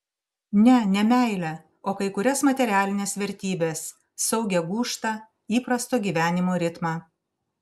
ne ne meilę o kai kurias materialines vertybes saugią gūžtą įprasto gyvenimo ritmą